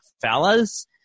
Fellas